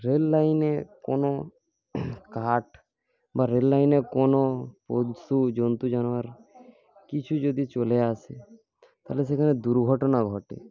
রেললাইনে কোনো কাঠ বা রেললাইনে কোনো পশু জন্তু জানোয়ার কিছু যদি চলে আসে তাহলে সেখানে দুর্ঘটনা ঘটে